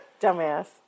Dumbass